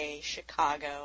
Chicago